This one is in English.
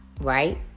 Right